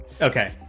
Okay